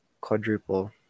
Quadruple